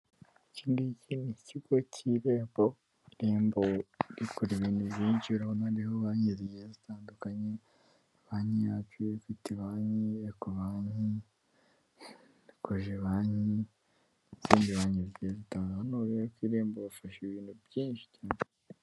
Ikingiki ni ikigo cy'irembo. Irembo rikora ibintu byinshi, urabonaho banki zigiye zitandukanye; banki yacu, Equity banki, Ekobanki, Kogebanki, ndetse n'izindi banki zigiye zitandukanye. Hano rero ku irembo bafasha ibintu byinshi cyane.